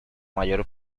mayor